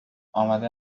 آمده